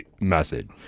message